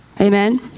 Amen